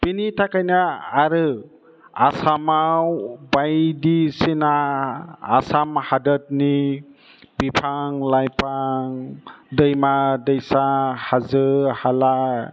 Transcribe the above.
बेनि थाखायनो आरो आसामाव बायदिसिना आसाम हादरनि बिफां लाइफां दैमा दैसा हाजो हाला